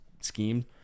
scheme